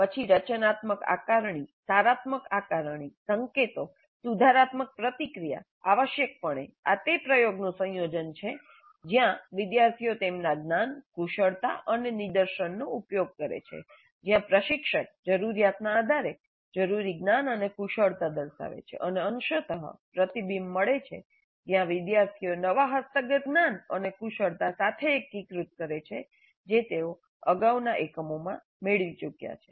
પછી રચનાત્મક આકારણી સારાત્મક આકારણી સંકેતો સુધારાત્મક પ્રતિક્રિયા આવશ્યકપણે આ તે પ્રયોગનું સંયોજન છે જ્યાં વિદ્યાર્થીઓ તેમના જ્ઞાન કુશળતા અને નિદર્શનનો ઉપયોગ કરે છે જ્યાં પ્રશિક્ષક જરૂરીયાતના આધારે જરૂરી જ્ઞાન અને કુશળતા દર્શાવે છે અને અંશત પ્રતિબિંબ મળે છે જ્યાં વિદ્યાર્થીઓ નવા હસ્તગત જ્ઞાન અને કુશળતા સાથે એકીકૃત કરે છે જે તેઓ અગાઉના એકમોમાં મેળવી ચૂક્યા છે